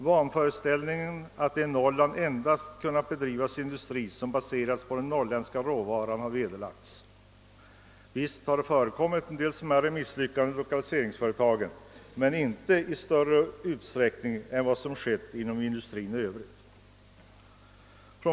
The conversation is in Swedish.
Vanföreställningen att där endast skulle kunna bedrivas industri som baseras på den norrländska råvaran har vederlagts. Visst har det förekommit en del smärre misslyckanden bland lokaliseringsföretagen, men inte i större utsträckning än inom industrin i övrigt.